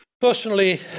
Personally